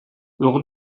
lors